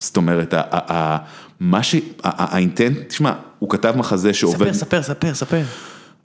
זאת אומרת, מה שהיא, האינטנט, תשמע, הוא כתב מחזה שעובר... ספר, ספר, ספר, ספר.